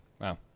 wow